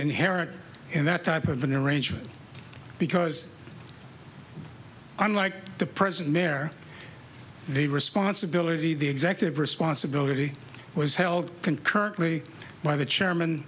inherent in that type of an arrangement because unlike the present there the responsibility the executive responsibility was held concurrently by the chairman